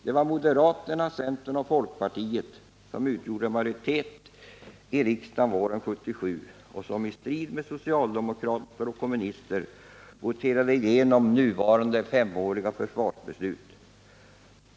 Det var moderaterna, centern och folkpartiet som utgjorde majoritet i riksdagen på våren 1977 och som i strid med socialdemokrater och kommunister voterade igenom nuvarande femåriga försvarsbeslut.